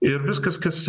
ir viskas kas